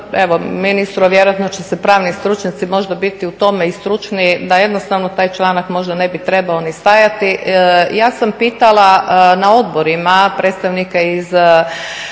ministru, vjerojatno će se pravni stručnjaci možda biti u tome i stručniji, da jednostavno taj članak možda ne bi trebao ni stajati. Ja sam pitala na odborima predstavnike iz